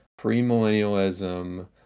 premillennialism